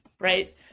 right